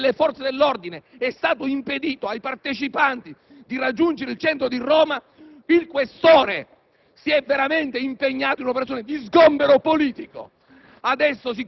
con la gestione tecnicamente perfetta delle forze dell'ordine, è stato impedito ai partecipanti di raggiungere il centro di Roma: il questore